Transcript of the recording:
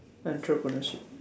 entrepreneurship